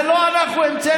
את זה לא אנחנו המצאנו,